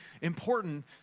important